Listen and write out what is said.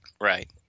Right